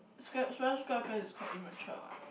square Spongebob-SquarePants is quite immature ah